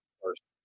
first